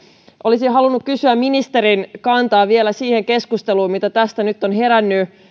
olisin halunnut kysyä ministerin kantaa vielä siihen keskusteluun mitä tästä nyt on herännyt